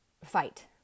fight